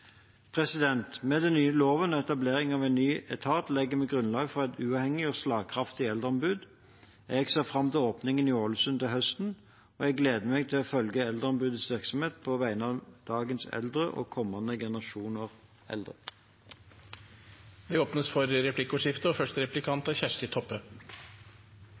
Med den nye loven og etablering av en ny etat legger vi grunnlag for et uavhengig og slagkraftig eldreombud. Jeg ser fram til åpningen i Ålesund til høsten, og jeg gleder meg til å følge Eldreombudets virksomhet på vegne av dagens eldre og kommende generasjoner eldre. Det blir replikkordskifte.